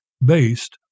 based